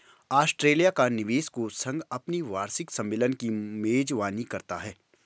Australia का निवेश कोष संघ अपने वार्षिक सम्मेलन की मेजबानी करता है